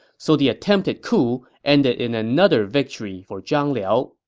so the attempted coup ended in another victory for zhang liao